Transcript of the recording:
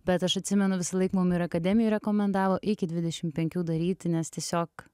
bet aš atsimenu visąlaik mum ir akademijoj rekomendavo iki dvidešim penkių daryti nes tiesiog